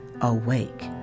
awake